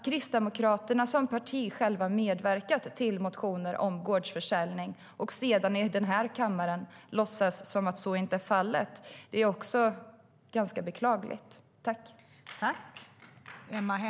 Kristdemokraterna har själva medverkat till motioner om gårdsförsäljning men låtsas sedan här i kammaren som att så inte är fallet. Det är också ganska beklagligt.